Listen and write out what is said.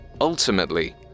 ultimately